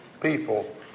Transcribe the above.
people